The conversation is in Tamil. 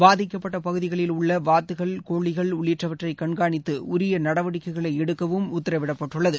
பாதிக்கப்பட்ட பகுதிகளில் உள்ள வாத்துகள் கோழிகள் உள்ளிட்டவற்றைக் கண்காணித்து உரிய நடவடிக்கைகளை எடுக்கவும் உத்தரவிடப்பட்டுள்ளது